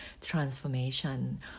transformation